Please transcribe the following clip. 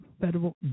federal